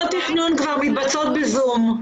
ועדות תכנון כבר מתבצעות ב-זום.